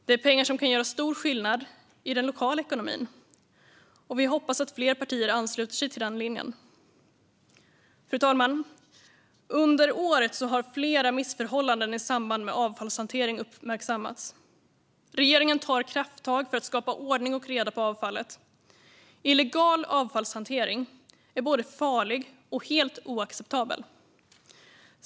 Det är pengar som kan göra stor skillnad i den lokala ekonomin. Vi hoppas att fler partier ansluter sig till den linjen. Fru talman! Under året har flera missförhållanden i samband med avfallshantering uppmärksammats. Regeringen tar krafttag för att skapa ordning och reda på avfallet. Illegal avfallshantering är både farlig och helt oacceptabel.